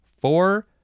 four